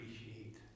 appreciate